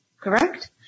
Correct